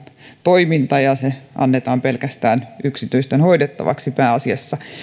toiminta ja se annetaan pääasiassa yksityisten hoidettavaksi